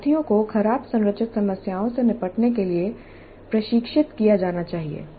शिक्षार्थियों को खराब संरचित समस्याओं से निपटने के लिए प्रशिक्षित किया जाना चाहिए